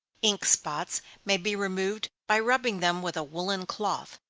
ink spots may be removed by rubbing them with a woollen cloth,